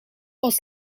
was